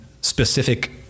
specific